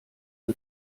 neu